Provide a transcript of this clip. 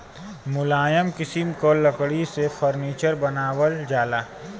मुलायम किसिम क लकड़ी से फर्नीचर बनावल जाला